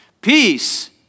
Peace